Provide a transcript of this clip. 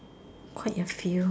quite a few